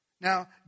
Now